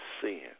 sin